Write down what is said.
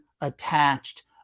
attached